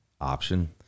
option